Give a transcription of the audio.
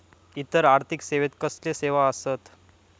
इतर आर्थिक सेवेत कसले सेवा आसत?